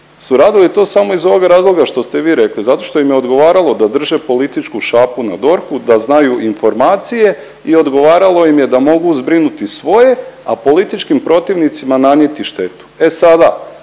su radili to samo iz ovoga razloga što ste vi rekli, zato što im je odgovaralo da drže političku šapu na DORH-u, da znaju informacije i odgovaralo im je da mogu zbrinuti svoje, a političkim protivnicima nanijeti štetu.